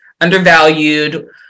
undervalued